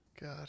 God